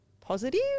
positive